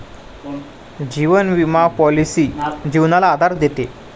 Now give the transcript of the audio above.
जीवन विमा पॉलिसी जीवनाला आधार देते